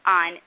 on